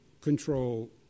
control